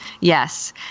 Yes